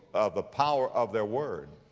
of the power of their word.